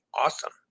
awesome